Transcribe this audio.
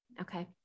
Okay